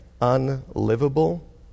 unlivable